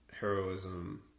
heroism